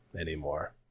anymore